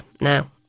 now